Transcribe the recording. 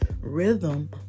rhythm